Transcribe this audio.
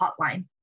hotline